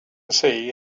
see